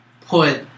put